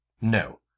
No